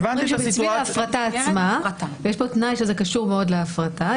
יש פה תנאי שזה קשור מאוד להפרטה.